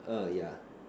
err yeah